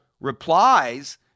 replies